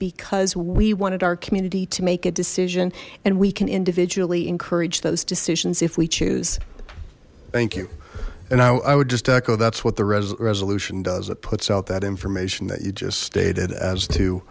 because we wanted our community to make a decision and we can individually encourage those decisions if we choose thank you and i would just echo that's what the resolution does it puts out that information that you just stated as to